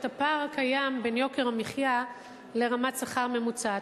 הפער הקיים בין יוקר המחיה לרמת שכר ממוצעת,